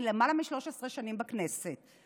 אני למעלה מ-13 שנים בכנסת,